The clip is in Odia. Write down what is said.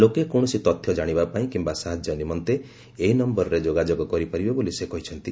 ଲୋକେ କୌଣସି ତଥ୍ୟ କାଣିବା ପାଇଁ କିମ୍ବା ସାହାଯ୍ୟ ନିମନ୍ତେ ଏହି ନୟରରେ ଯୋଗାଯୋଗ କରିପାରିବେ ବୋଲି ସେ କହିଛନ୍ତି